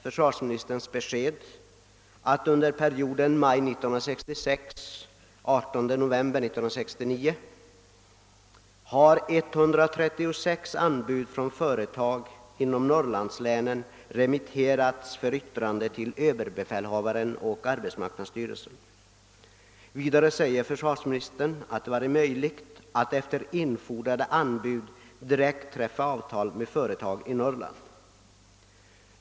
Försvarsministerns besked, att under perioden maj 1966—18 november 1969 136 anbud från företag inom Norrlandslänen har remitterats för yttrande till överbefälhavaren och arbetsmarknadsstyrelsen, är intressant. Försvarsministern sade vidare att det varit möjligt att efter erhållande av infordrade anbud direkt träffa avtal med företag i Norrland.